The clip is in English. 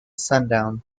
sundown